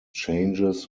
changes